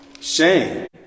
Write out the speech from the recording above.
Shame